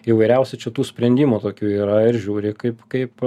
įvairiausių čia tų sprendimų tokių yra ir žiūri kaip kaip